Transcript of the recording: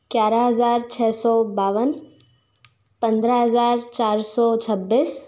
ग्यारह हज़ार छः सौ बावन पन्द्रह हज़ार चार सौ छब्बिस